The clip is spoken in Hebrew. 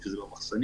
כשזה עוד במחסנים,